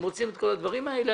הם רוצים את כל הדברים האלה.